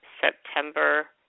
September